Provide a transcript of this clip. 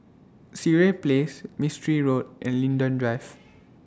Sireh Place Mistri Road and Linden Drive